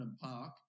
Park